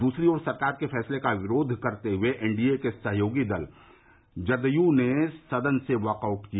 दूसरी ओर सरकार के फैसले का विरोध करते हुए एनडीए के सहयोगी दल जेडीयू ने सदन से वॉक आउट किया